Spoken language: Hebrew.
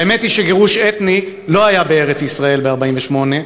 האמת היא שגירוש אתני לא היה בארץ-ישראל ב-1948,